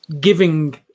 giving